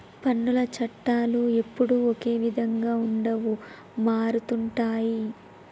పన్నుల చట్టాలు ఎప్పుడూ ఒకే విధంగా ఉండవు మారుతుంటాయి